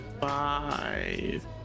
Five